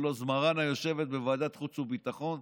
כל עוד מראענה יושבת בוועדת החוץ והביטחון.